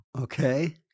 Okay